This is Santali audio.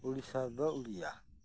ᱩᱲᱤᱥᱥᱟ ᱨᱮᱫᱚ ᱩᱲᱤᱭᱟ